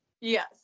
Yes